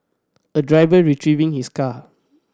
a driver retrieving his car